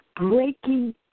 breaking